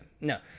No